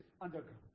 underground